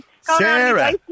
Sarah